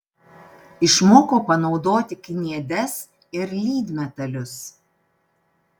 išmoko panaudoti kniedes ir lydmetalius